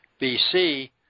BC